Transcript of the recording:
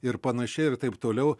ir panašiai ir taip toliau